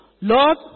Lord